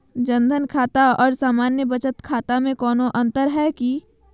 जन धन खाता और सामान्य बचत खाता में कोनो अंतर है की?